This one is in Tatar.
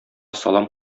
салам